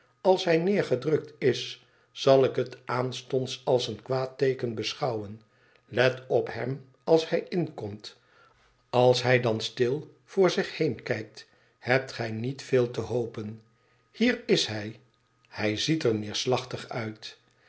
als hij neergedrukt is zal ik het aanstonds ab een kwaad teeken beschouwen let op hem als hij inkomt als hij dan stil voor zich heen kijkt hebt gij niet veel te hopen hier is hij hij ziet er neerslachtig uit